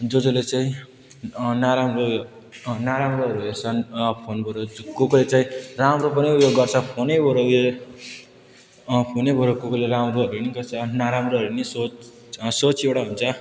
जो जोले चाहिँ नराम्रो नराम्रोहरू हेर्छन् फोनबाट चाहिँ को कोले चाहिँ राम्रो पनि ऊ यो गर्छ फोनैबाट ऊ यो फोनैबाट को कोले राम्रोहरू पनि गर्छ नराम्रोहरू नि सोच सोच एउटा हुन्छ